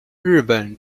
日本